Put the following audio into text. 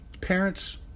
Parents